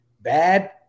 bad